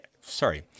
sorry